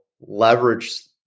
leverage